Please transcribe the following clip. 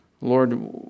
Lord